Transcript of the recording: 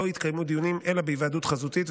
לא יתקיימו דיונים אלא בהיוועדות חזותית,